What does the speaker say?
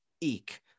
eek